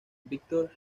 victor